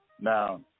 Now